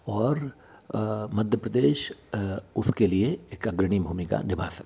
और मध्य प्रदेश उसके लिए एक अग्रणी भूमिका निभा सके